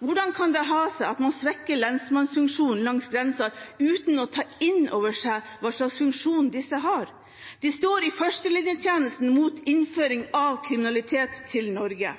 Hvordan kan det ha seg at man svekker lensmannsfunksjonen langs grensa uten å ta inn over seg hvilken funksjon disse har? De står i førstelinjetjenesten mot innføring av kriminalitet til Norge.